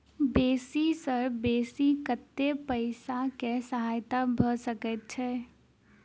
बेसी सऽ बेसी कतै पैसा केँ सहायता भऽ सकय छै?